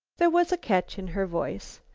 there was a catch in her voice.